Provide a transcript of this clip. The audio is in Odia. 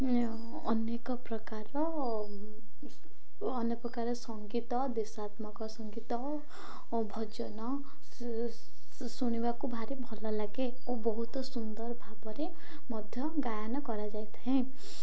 ଅନେକ ପ୍ରକାର ଅନେକ ପ୍ରକାର ସଙ୍ଗୀତ ଦେଶାତ୍ମକ ସଙ୍ଗୀତ ଓ ଭଜନ ଶୁଣିବାକୁ ଭାରି ଭଲ ଲାଗେ ଓ ବହୁତ ସୁନ୍ଦର ଭାବରେ ମଧ୍ୟ ଗାୟନ କରାଯାଇଥାଏ